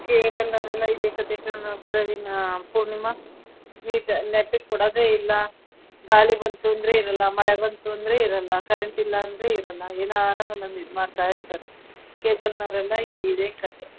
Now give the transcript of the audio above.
ಕೇಬಲ್ನವರೆಲ್ಲ ಇದೆ ಕತೆ ಕಣೋ ಪ್ರವೀಣಾ ಪೂರ್ಣಿಮ ನೀಟ ನೆಟ್ಟಗೆ ಕೊಡೋದೇಯಿಲ್ಲ ಗಾಳಿ ಬಂತು ಅಂದರೆ ಇರೋಲ್ಲ ಮಳೆ ಬಂತು ಅಂದರೆ ಇರೋಲ್ಲ ಕರೆಂಟಿಲ್ಲ ಅಂದರೆ ಇರೋಲ್ಲ ಏನಾನಾ ಒಂದೊಂದು ಇದುಮಾಡ್ತಾ ಇರ್ತಾರೆ ಕೇಬಲ್ನವರೆಲ್ಲ ಇದೆ ಕತೆ